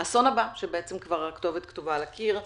האסון הבא שהכתובת כתובה על הקיר,